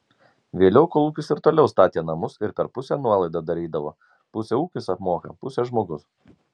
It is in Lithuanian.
vėliau kolūkis ir toliau statė namus ir per pusę nuolaidą darydavo pusę ūkis apmoka pusę žmogus